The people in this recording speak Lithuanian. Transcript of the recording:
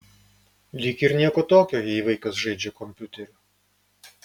lyg ir nieko tokio jei vaikas žaidžia kompiuteriu